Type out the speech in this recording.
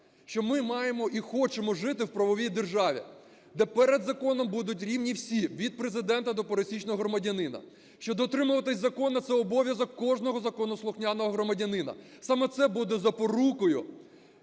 Що ми маємо і хочемо жити в правовій державі, де перед законом будуть рівні всі – від Президента до пересічного громадянина, що дотримуватись закону – це обов'язок кожного законослухняного громадянина. Саме це буде запорукою,